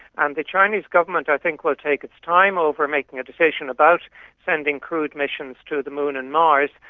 and the chinese government i think will take its time over making a decision about sending crewed missions to the moon and mars.